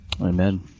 amen